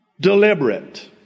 deliberate